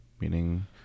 meaning